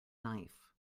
knife